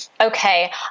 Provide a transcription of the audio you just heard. okay